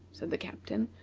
said the captain,